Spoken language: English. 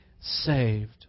saved